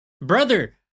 Brother